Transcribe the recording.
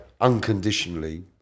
unconditionally